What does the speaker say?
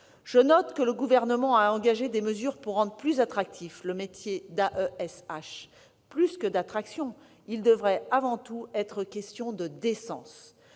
Je note que le Gouvernement a engagé des mesures pour rendre plus attractif le métier d'AESH. Au demeurant, plus que d'« attraction », il devrait avant tout être question de décence.